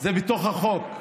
זה בתוך החוק שקיים.